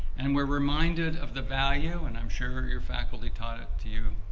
and we're reminded of the value and i'm sure your faculty taught it to you,